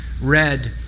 read